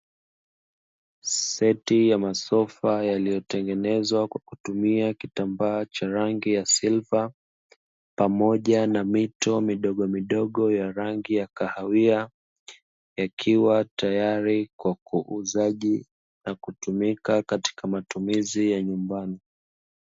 Seti ya masofa yaliyotengenezwa kwa kutumia kitamba cha rangi ya silva, pamoja na mito midogomidogo ya rangi ya kahawia, yakiwa tayari kwa wauzaji na kutumika katika matumizi ya nyumbani.